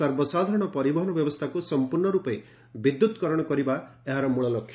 ସର୍ବସାଧାରଣ ପରିବହନ ବ୍ୟବସ୍ଥାକୁ ସଂପୂର୍ଣ୍ଣରୂପେ ବିଦ୍ୟୁତକରଣ କରିବା ଏହାର ମଳଲକ୍ଷ୍ୟ